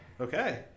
Okay